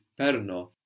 perno